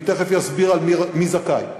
אני תכף אסביר מי זכאי.